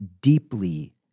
deeply